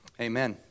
Amen